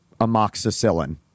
amoxicillin